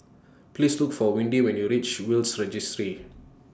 Please Look For Windy when YOU REACH Will's Registry